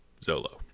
Zolo